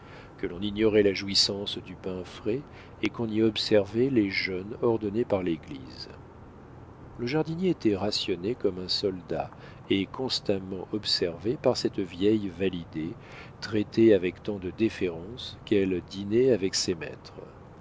que l'on ignorait la jouissance du pain frais et qu'on y observait les jeûnes ordonnés par l'église le jardinier était rationné comme un soldat et constamment observé par cette vieille validé traitée avec tant de déférence qu'elle dînait avec ses maîtres